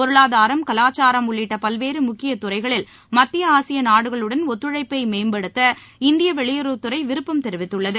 பொருளாதாரம் கலாச்சாரம் உள்ளிட்ட பல்வேறு முக்கியத்துறைகளில் மத்திய ஆசியநாடுகளுடன் ஒத்துழைப்பை மேம்படுத்த இந்திய வெளியுறவுத்துறை விருப்பம் தெரிவித்துள்ளது